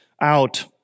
Out